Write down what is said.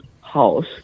house